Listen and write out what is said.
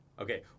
Okay